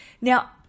Now